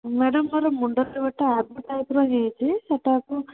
madam ମୋର ମୁଣ୍ଡରେ ଗୋଟେ ଆବୁ ଟାଇପର ହୋଇଯାଇଛି ସେହିଟାକୁ